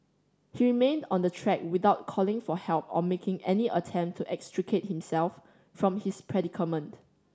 he remained on the track without calling for help or making any attempt to extricate himself from his predicament